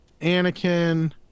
Anakin